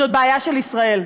זאת בעיה של ישראל.